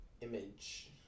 image